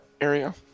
area